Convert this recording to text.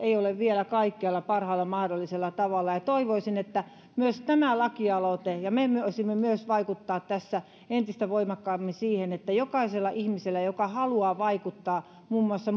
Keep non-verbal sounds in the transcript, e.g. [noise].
[unintelligible] ei ole vielä kaikkialla parhaalla mahdollisella tavalla toivoisin että myös tämä lakialoite ja me voisimme vaikuttaa tässä entistä voimakkaammin siihen että jokaiselle ihmiselle joka haluaa vaikuttaa muun muassa [unintelligible]